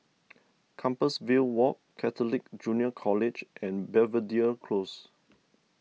Compassvale Walk Catholic Junior College and Belvedere Close